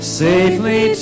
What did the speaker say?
safely